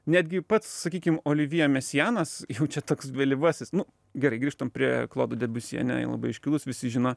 netgi pats sakykim olivjė mesianas jau čia toks vėlyvasis nu gerai grįžtam prie klodo debiusi ane labai iškilus visi žino